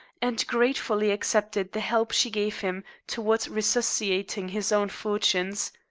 and gratefully accepted the help she gave him towards resuscitating his own fortunes.